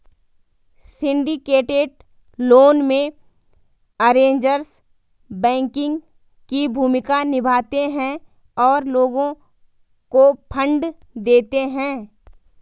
syndicated loan में, arrangers banking की भूमिका निभाते हैं और लोगों को फंड देते हैं